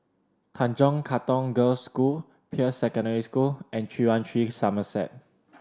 Tanjong Katong Girls' School Peirce Secondary School and Three One Three Somerset